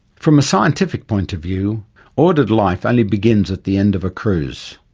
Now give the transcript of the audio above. from a scientific point of view ordered life only begins at the end of a cruise.